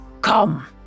Come